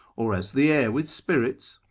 or as the air with spirits?